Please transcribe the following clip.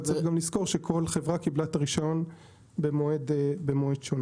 אבל צריך לזכור שכל חברה קבלה את הרישיון במועד שונה.